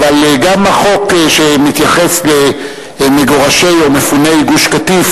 אבל גם החוק שמתייחס למגורשי או מפוני גוש-קטיף,